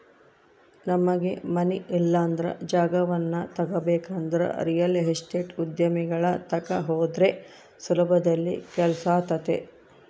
ನಮಗೆ ಮನೆ ಇಲ್ಲಂದ್ರ ಜಾಗವನ್ನ ತಗಬೇಕಂದ್ರ ರಿಯಲ್ ಎಸ್ಟೇಟ್ ಉದ್ಯಮಿಗಳ ತಕ ಹೋದ್ರ ಸುಲಭದಲ್ಲಿ ಕೆಲ್ಸಾತತೆ